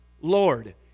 Lord